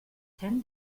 ten